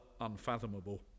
unfathomable